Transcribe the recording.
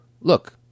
look